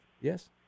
Yes